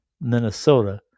Minnesota